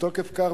מתוקף כך,